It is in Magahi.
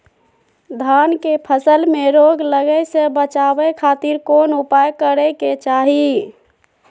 धान के फसल में रोग लगे से बचावे खातिर कौन उपाय करे के चाही?